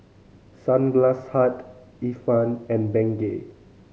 Sunglass Hut Ifan and Bengay